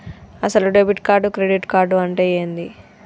అసలు debit card credit card అంటే ఏంది?